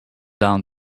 down